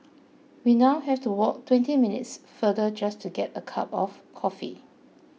we now have to walk twenty minutes farther just to get a cup of coffee